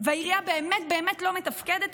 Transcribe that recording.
וכשהעירייה באמת באמת לא מתפקדת,